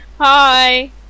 Hi